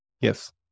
Yes